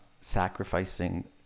sacrificing